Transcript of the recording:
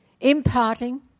imparting